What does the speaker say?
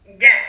yes